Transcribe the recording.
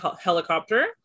helicopter